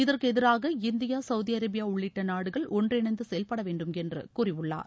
இதற்கு எதிராக India Saudi Arabia உள்ளிட்ட நாடுகள் ஒன்றிணைந்து செயல்படவேண்டும் என்று கூறியுள்ளார்